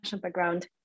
background